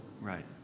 Right